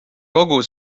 kogu